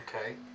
Okay